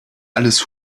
alles